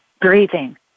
breathing